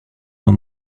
were